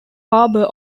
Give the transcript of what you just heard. harbour